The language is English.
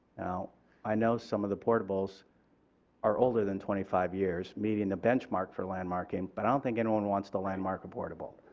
now i know some of the portables are older than twenty five years meeting the benchmark for land marking but i don't think anyone wants to landmark a portable.